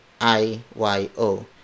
I-Y-O